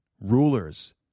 rulers